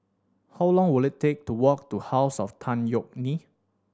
how long will it take to walk to House of Tan Yeok Nee